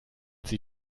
sie